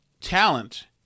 talent